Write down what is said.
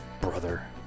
brother